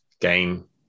game